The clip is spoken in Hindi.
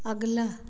अगला